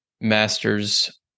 Masters